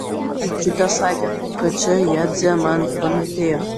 močiutė sakė kad čia jadzė man pametėjo